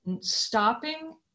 stopping